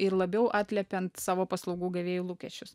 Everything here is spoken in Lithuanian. ir labiau atliepiant savo paslaugų gavėjų lūkesčius